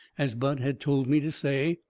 as bud had told me to say.